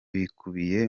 bikubiye